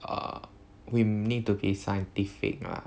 err we need to be scientific ah